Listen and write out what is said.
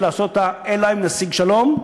לעשות אותה אלא אם נשיג שלום,